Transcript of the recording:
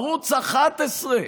ערוץ 11,